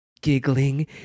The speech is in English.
giggling